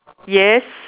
yes